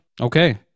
Okay